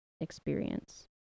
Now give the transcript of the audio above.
experience